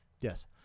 Yes